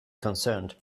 concerned